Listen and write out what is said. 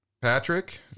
Patrick